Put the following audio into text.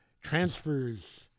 transfers